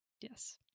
Yes